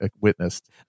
witnessed